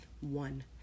one